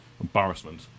embarrassment